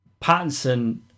Pattinson